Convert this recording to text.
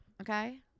Okay